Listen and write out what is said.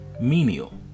menial